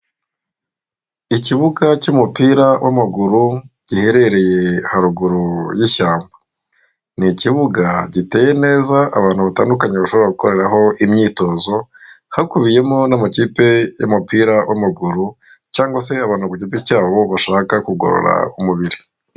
Ikibuga cy'umupira w'amaguru giherereye haruguru y'ishyamba, ni ikibuga giteye neza abantu batandukanye bashobora gukoreraho imyitozo hakubiyemo n'amakipe y'umupira w'amaguru cyangwa se abantu ku giti cyabo bashaka kugorora umubiri.